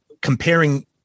comparing